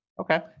Okay